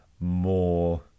more